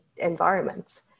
environments